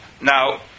now